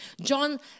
John